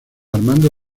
armando